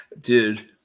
Dude